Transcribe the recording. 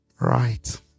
right